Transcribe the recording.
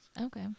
Okay